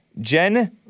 Jen